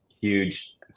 huge